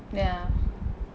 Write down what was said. ya